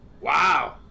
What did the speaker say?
Wow